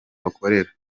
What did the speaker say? bakorera